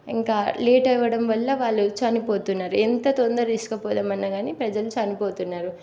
ఇంక లేట్ అవ్వడం వల్ల వాళ్ళు చనిపోతున్నారు ఎంత తొందర తీసుకుపోదాం అన్నా కానీ ప్రజలు చనిపోతున్నారు